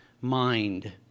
mind